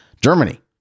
Germany